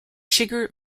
sugar